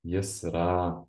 jis yra